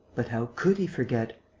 but how could he forget